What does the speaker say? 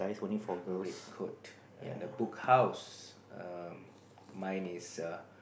with red coat and a Book House err mine is a